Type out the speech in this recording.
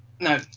no